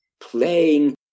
playing